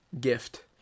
gift